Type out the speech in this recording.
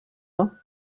main